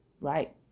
right